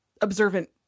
observant